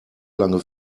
lange